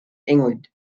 england